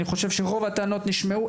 אני חושב שרוב הטענות נשמעו.